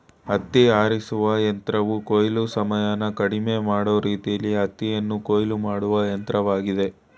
ಹತ್ತಿ ಆರಿಸುವ ಯಂತ್ರವು ಕೊಯ್ಲು ಸಮಯನ ಕಡಿಮೆ ಮಾಡೋ ರೀತಿಲೀ ಹತ್ತಿಯನ್ನು ಕೊಯ್ಲು ಮಾಡುವ ಯಂತ್ರವಾಗಯ್ತೆ